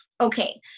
okay